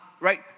right